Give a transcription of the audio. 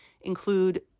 include